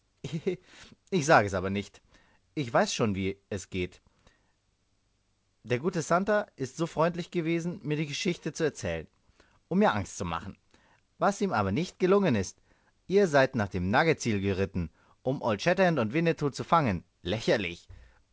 ich sage es aber nicht ich weiß schon wie es geht der gute santer ist so freundlich gewesen mir die geschichte zu erzählen um mir angst zu machen was ihm aber nicht gelungen ist ihr seid nach dem nugget tsil geritten um old shatterhand und winnetou zu fangen lächerlich